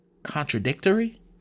contradictory